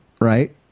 right